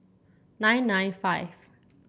nine nine five